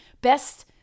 best –